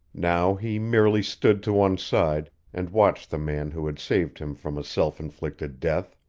now he merely stood to one side and watched the man who had saved him from a self-inflicted death,